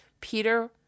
Peter